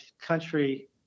country